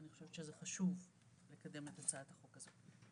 אני חושבת שזה חשוב לקדם את הצעת החוק הזאת.